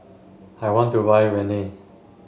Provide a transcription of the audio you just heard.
I want to buy Rene